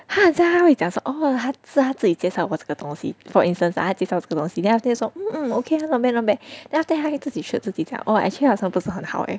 他好像它会讲 oh so 他自己介绍过这个东西 for instance ah 他介绍这个东西 then after that 说 mm okay not bad not bad then after 他会自己 search 去自己找 oh actually 好像不是很好 eh